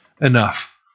enough